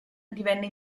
divenne